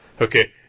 Okay